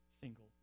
single